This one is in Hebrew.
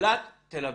אילת-תל אביב.